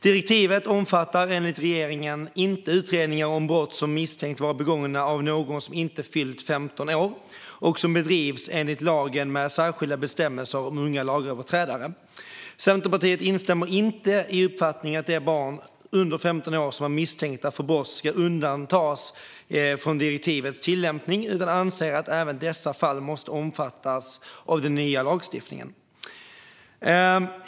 Direktivet omfattar enligt regeringen inte utredningar om brott som misstänks vara begångna av någon som inte fyllt 15 år och som bedrivs enligt lagen med särskilda bestämmelser om unga lagöverträdare. Centerpartiet instämmer inte i uppfattningen att de barn under 15 år som är misstänkta för brott ska undantas från direktivets tillämpning utan anser att även dessa fall måste omfattas av den nya lagstiftningen.